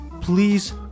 please